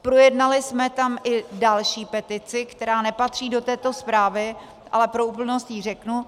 Projednali jsme tam i další petici, která nepatří do této zprávy, ale pro úplnost ji řeknu.